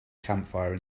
campfire